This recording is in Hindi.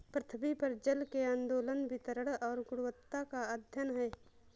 पृथ्वी पर जल के आंदोलन वितरण और गुणवत्ता का अध्ययन है